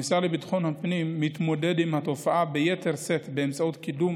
המשרד לביטחון הפנים מתמודד עם התופעה ביתר שאת באמצעות קידום